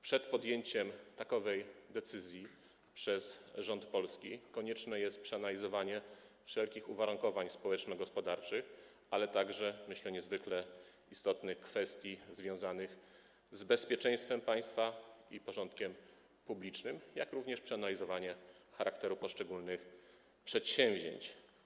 Przed podjęciem takowej decyzji przez rząd polski konieczne jest przeanalizowanie wszelkich uwarunkowań społeczno-gospodarczych, a także, myślę, niezwykle istotnych kwestii związanych z bezpieczeństwem państwa i porządkiem publicznym, jak również przeanalizowanie charakteru poszczególnych przedsięwzięć.